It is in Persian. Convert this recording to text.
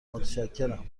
متشکرم